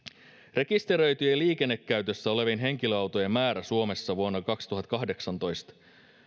rekisteröityjen liikennekäytössä olevien henkilöautojen määrä suomessa vuonna kaksituhattakahdeksantoista